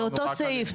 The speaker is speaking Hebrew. דיון בסעיפים 10-8 (התחדשות עירונית)